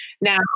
Now